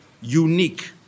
unique